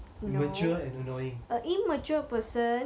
mature and annoying